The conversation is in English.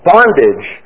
Bondage